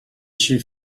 she